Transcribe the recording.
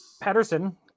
Patterson